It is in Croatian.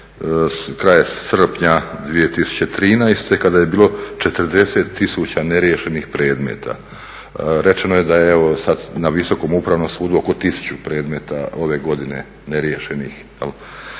kraja srpnja 2013., kada je bilo 40 000 neriješenih predmeta. Rečeno je da je sad na Visokom upravnom sudu oko 1000 predmeta ove godine neriješenih,